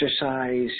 exercise